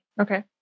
okay